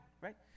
right